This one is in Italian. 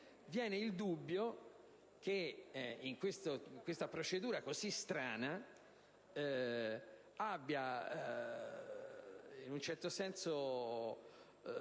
Viene il dubbio che in questa procedura così strana abbia in un certo senso